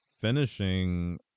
finishing